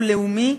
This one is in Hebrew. הוא לאומי,